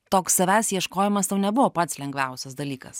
toks savęs ieškojimas tau nebuvo pats lengviausias dalykas